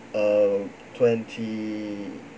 err twenty